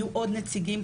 יהיו עוד נציגים.